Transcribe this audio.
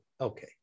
Okay